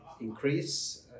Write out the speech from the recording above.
increase